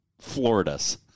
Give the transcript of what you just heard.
Florida's